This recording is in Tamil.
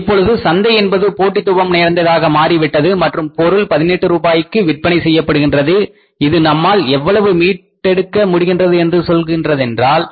இப்பொழுது சந்தை என்பது போட்டித்துவம் நிறைந்ததாக மாறிவிட்டது மற்றும் பொருள் 18 ரூபாய்க்கு விற்பனை செய்யப்படுகின்றது இது நம்மால் எவ்வளவு மீட்டெடுக்க முடிகின்றது என்று சொல்கின்றதென்றால்